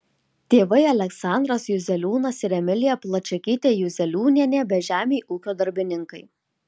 tėvai aleksandras juzeliūnas ir emilija plačiakytė juzeliūnienė bežemiai ūkio darbininkai